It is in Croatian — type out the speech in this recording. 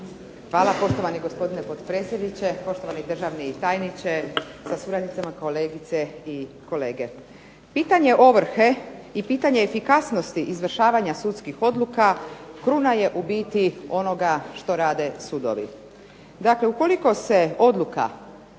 Hvala, poštovani gospodine potpredsjedniče. Poštovani državni tajniče sa suradnicama. Kolegice i kolege. Pitanje ovrhe i pitanje efikasnosti izvršavanja sudskih odluka kruna je u biti onoga što rade sudovi. Dakle, ukoliko se sudska